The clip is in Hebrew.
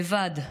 לבד,